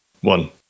one